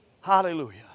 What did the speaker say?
Hallelujah